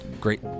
great